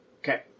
Okay